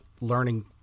learning